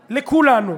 לכולנו,